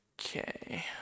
Okay